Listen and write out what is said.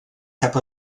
cap